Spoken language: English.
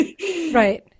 right